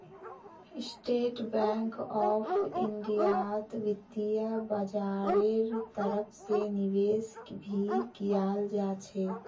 state Bank of इन्डियात वित्तीय बाजारेर तरफ से निवेश भी कियाल जा छे